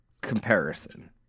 Comparison